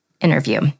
interview